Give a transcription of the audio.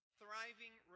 thriving